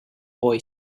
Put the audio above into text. boy